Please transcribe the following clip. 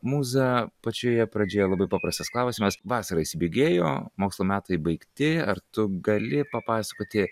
mūza pačioje pradžioje labai paprastas klausimas vasara įsibėgėjo mokslo metai baigti ar tu gali papasakoti